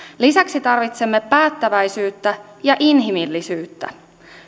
lisäksi tarvitsemme päättäväisyyttä ja inhimillisyyttä